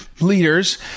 leaders